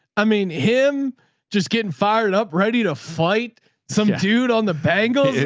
i mean him just getting fired up, ready to fight some dude on the bangles.